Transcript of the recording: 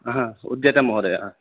उच्यतां महोदय